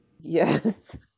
Yes